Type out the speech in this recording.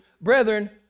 brethren